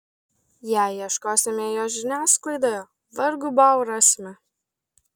jei ieškosime jo žiniasklaidoje vargu bau rasime